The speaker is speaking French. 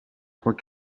trois